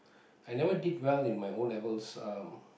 I never did well in my O-levels uh